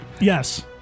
Yes